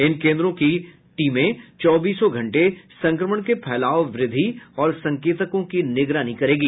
इन केन्द्रों की टीम चौबीसों घंटे संक्रमण के फैलाव वृद्धि और संकेतकों की निगरानी करेगी